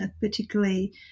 particularly